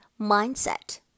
mindset